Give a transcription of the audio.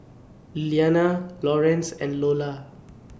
Lilliana Lorenz and Iola